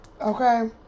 Okay